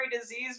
disease